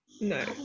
no